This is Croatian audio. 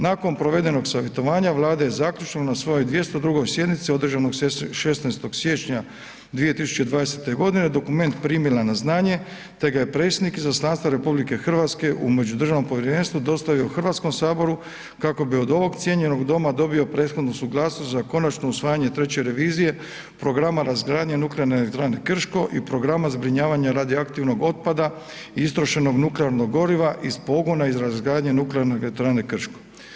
Nakon provedenog savjetovanja, Vlada je zaključno na svojoj 202. sjednici održanoj 16. siječnja 2020. g. dokument primila na znanje te ga je predsjednik izaslanstva RH u međudržavnom povjerenstvu dostavio Hrvatskom saboru kako bi od ovog cijenjenog doma dobio prethodnu suglasnost za konačno usvajanje treće revizije programa razgradnje Nuklearne elektrane Krško i programa zbrinjavanja radioaktivnog otpada istrošenog nuklearnog goriva iz pogona iz razgradnje Nuklearne elektrane Krško.